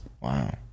wow